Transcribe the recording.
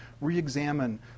re-examine